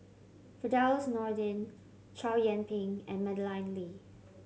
Firdaus Nordin Chow Yian Ping and Madeleine Lee